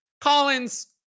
Collins